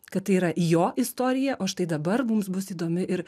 kad tai yra jo istorija o štai dabar mums bus įdomi ir